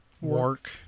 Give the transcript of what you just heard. Work